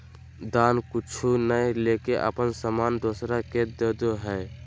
दान कुछु नय लेके अपन सामान दोसरा के देदो हइ